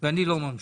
אני לא ממשיך.